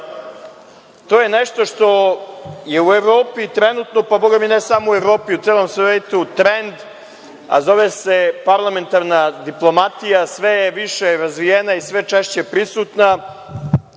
je nešto što je u Evropi trenutno, a bogami ne samo u Evropi, već i u celom svetu trend, a zove se parlamentarna diplomatija. Sve je više razvijena i sve češće prisutna